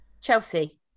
Chelsea